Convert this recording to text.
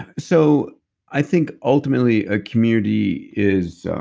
and so i think ultimately a community is.